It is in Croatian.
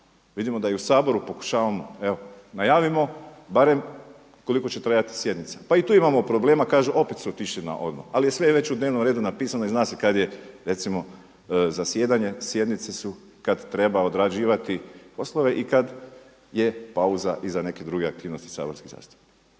vidimo da i u Saboru pokušavamo, evo najavimo barem koliko će trajati sjenica pa i tu imamo problema kaže opet su otišli na …, ali je sve već u dnevnom redu napisano i zna se kada je recimo zasjedanje. Sjednice su kada treba odrađivati poslove i kada je pauza i za neke druge aktivnosti saborskih zastupnika.